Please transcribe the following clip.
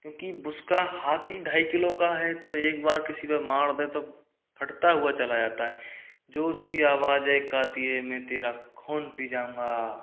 क्योंकि उसका हाथ ही ढाई किलो का है तो एक बार किसी पर मार दे तो फटता हुआ चला जाता है जो उसकी आवाज़ है कातिये मै तेरा खून पी जाऊँगा